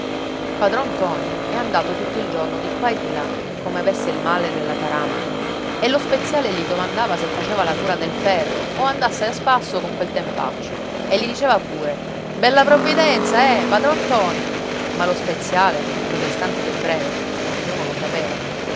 padron ntoni è andato tutto il giorno di qua e di là come avesse il male della tarantola e lo speziale gli domandava se faceva la cura del ferro o andasse a spasso con quel tempaccio e gli diceva pure bella provvidenza eh padron ntoni ma lo speziale è protestante ed ebreo ognuno lo sapeva